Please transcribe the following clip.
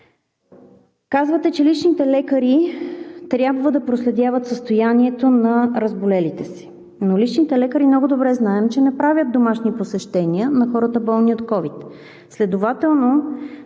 Казвате, че личните лекари трябва да проследяват състоянието на разболелите се. Личните лекари, много добре знаем, че не правят домашни посещения на хората, болни от ковид. Следователно